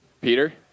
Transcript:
Peter